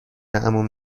عموم